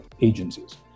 agencies